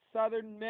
Southern